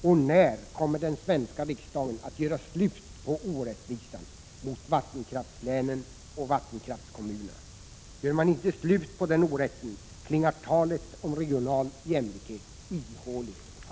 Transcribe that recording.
Men när kommer den svenska riksdagen att göra slut på orättvisan mot vattenkraftslänen och vattenkraftskommunerna? Gör man inte slut på den orätten, klingar talet om regional jämlikhet ihåligt och falskt.